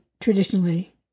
traditionally